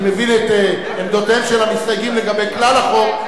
אני מבין את עמדותיהם של המסתייגים לגבי כלל החוק,